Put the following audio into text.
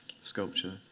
sculpture